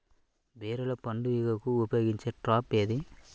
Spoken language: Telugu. బీరలో పండు ఈగకు ఉపయోగించే ట్రాప్ ఏది?